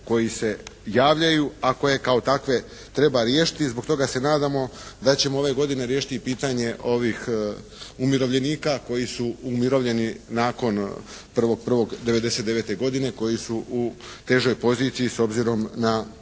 koji se javljaju a koje kao takve treba riješiti. Zbog toga se nadamo da ćemo ove godine riješiti i pitanje ovih umirovljenika koji su umirovljeni nakon 1.1.1999. godine koji su u težoj poziciji s obzirom na